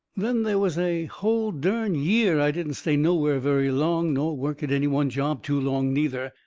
then they was a hull dern year i didn't stay nowhere very long, nor work at any one job too long, neither.